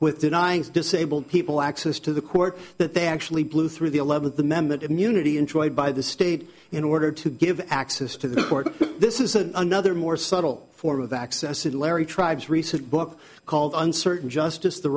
with denying disabled people access to the court that they actually blew through the eleventh the memmott immunity enjoyed by the state in order to give access to the court this is another more subtle form of access and larry tribe's recent book called uncertain justice the